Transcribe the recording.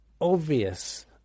obvious